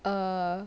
err